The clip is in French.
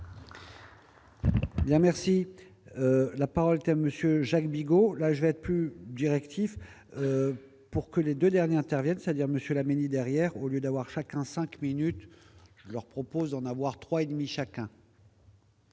merci, la parole monsieur Jacques Bigot, là je vais être plus directif pour que les 2 derniers interviennent, c'est-à-dire monsieur Laménie derrière, au lieu d'avoir chacun 5 minutes leur propose d'en avoir 3 et demi chacun.